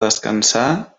descansar